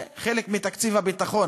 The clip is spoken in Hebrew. חלק מתקציב הביטחון.